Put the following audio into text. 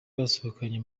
basohokanye